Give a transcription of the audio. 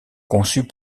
conçues